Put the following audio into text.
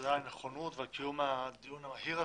תודה על הנכונות ועל קיום הדיון המהיר הזה.